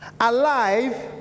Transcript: alive